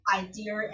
idea